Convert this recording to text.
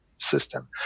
System